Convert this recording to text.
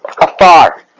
afar